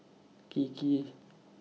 Kiki